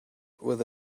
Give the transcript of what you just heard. with